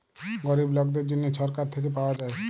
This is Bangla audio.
গরিব লকদের জ্যনহে ছরকার থ্যাইকে পাউয়া যায়